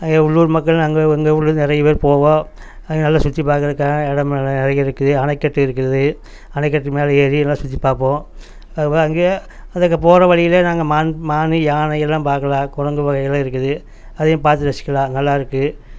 அங்கே உள்ளூர் மக்கள் அங்கே இங்கே உள்ள நிறைய பேர் போவோம் அது நல்லா சுற்றி பார்க்கறதுக்கான இடமெல்லாம் நிறைய இருக்குது அணைக்கட்டு இருக்குது அணைக்கட்டு மேலே ஏறி நல்லா சுற்றி பார்ப்போம் அது மாதிரி அங்கே அதுக்கு போகிற வழியிலே நாங்கள் மான் மானு யானையெல்லாம் பார்க்கலாம் குரங்கு வகையெல்லாம் இருக்குது அதையும் பார்த்து ரசிக்கலாம் நல்லா இருக்குது